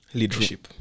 leadership